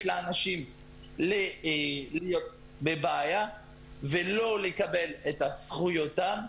לאנשים להיות בבעיה ולא לקבל את זכויותיהם?